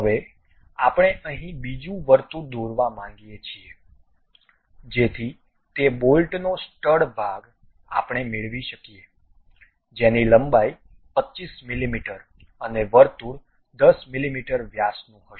હવે આપણે અહીં બીજું વર્તુળ દોરવા માંગીએ છીએ જેથી તે બોલ્ટનો સ્ટડ ભાગ આપણે મેળવી શકીએ જેની લંબાઈ 25 મીમી અને વર્તુળ 10 મીમી વ્યાસનું હશે